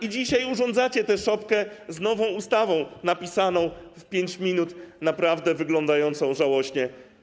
i dzisiaj urządzacie tę szopkę z nową ustawą napisaną w 5 minut, naprawdę wyglądającą żałośnie.